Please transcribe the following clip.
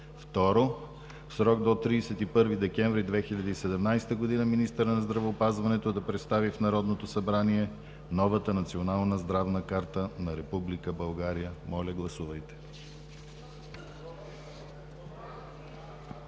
2. В срок до 31 декември 2017 г. министърът на здравеопазването да представи в Народното събрание новата Национална здравна карта на Република България.“ Моля, гласувайте.